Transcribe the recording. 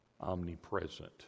Omnipresent